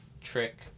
trick